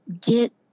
get